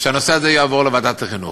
שהנושא הזה יעבור לוועדת החינוך.